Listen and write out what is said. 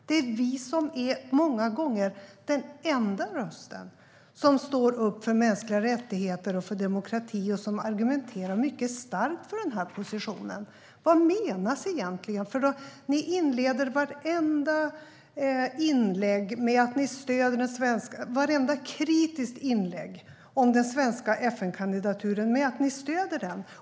Det är vi som många gånger är den enda rösten som står upp för mänskliga rättigheter och för demokrati och som argumenterar mycket starkt för denna position. Vad menas egentligen? Ni inleder vartenda kritiskt inlägg om den svenska FN-kandidaturen med att ni stöder den.